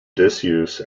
disuse